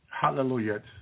hallelujah